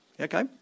Okay